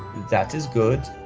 that is good,